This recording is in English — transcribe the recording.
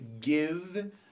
give